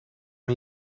een